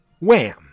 wham